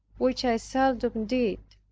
which i seldom did.